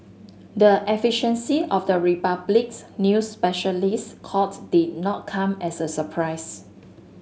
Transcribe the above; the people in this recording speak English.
the efficiency of the Republic's new specialist court did not come as a surprise